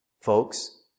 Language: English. Folks